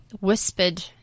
whispered